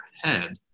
head